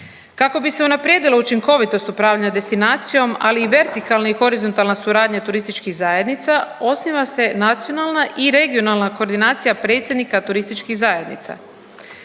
Kako bi se unaprijedilo učinkovitost upravljanja destinacijom, ali i vertikalna i horizontalna suradnja turističkih zajednica, osniva se nacionalna i regionalna koordinacija predsjednika turističkih zajednica.